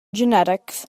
genetics